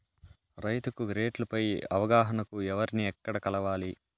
రైతుకు రేట్లు పై అవగాహనకు ఎవర్ని ఎక్కడ కలవాలి?